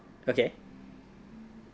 okay